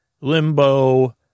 limbo